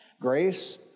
Grace